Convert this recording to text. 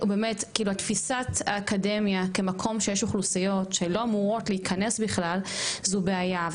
ותפיסת האקדמיה כמקום שיש אוכלוסיות שלא צריכות להיכנס בכלל זו בעיה.